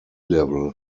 level